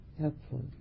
Helpful